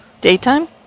Daytime